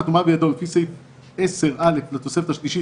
המדדים האפשריים.